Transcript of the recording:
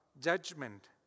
judgment